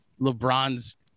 LeBron's